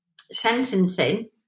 sentencing